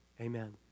amen